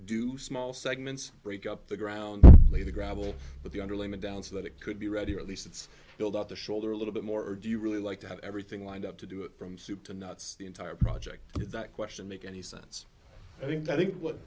do small segments break up the ground lay the gravel but the underlayment down so that it could be ready or at least it's build out the shoulder a little bit more or do you really like to have everything lined up to do it from soup to nuts the entire project to that question make any sense i think that what